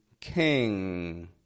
king